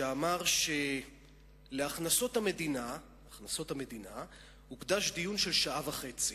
שאמר שלהכנסות המדינה הוקדש דיון של שעה וחצי,